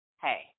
hey